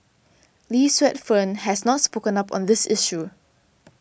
Lee Suet Fern has not spoken up on this issue